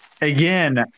Again